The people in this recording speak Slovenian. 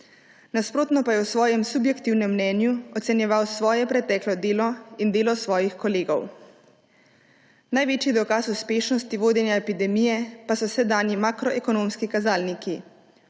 Nasprotno pa je v svojem subjektivnem mnenju ocenjeval svoje preteklo delo in delo svojih kolegov. Največji dokaz uspešnosti vodenja epidemije pa so sedanji makroekonomski kazalniki.